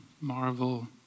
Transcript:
marvel